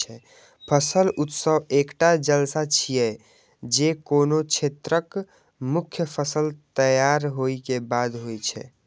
फसल उत्सव एकटा जलसा छियै, जे कोनो क्षेत्रक मुख्य फसल तैयार होय के बाद होइ छै